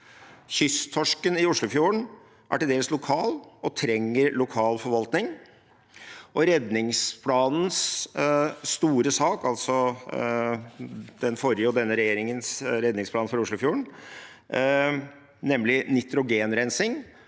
Kysttorsken i Oslofjorden er til dels lokal og trenger lokal forvaltning. Redningsplanens store sak, altså den forrige og denne regjeringens redningsplan for Oslofjorden, nemlig nitrogenrensing,